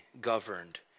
governed